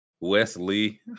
Wesley